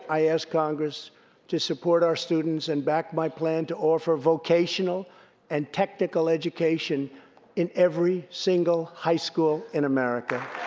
i ask congress to support our students and back my plan to offer vocational and technical education in every single high school in america.